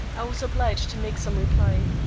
i was obliged to make some reply.